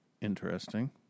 Interesting